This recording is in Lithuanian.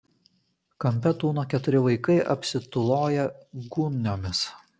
kampe tūno keturi vaikai apsitūloję gūniomis